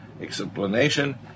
explanation